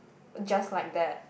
just like that